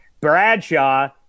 Bradshaw